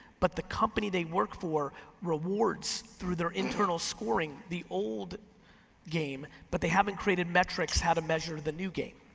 but the company they work for rewards, through their internal scoring, the old game, but they haven't created metrics, how to measure the new game.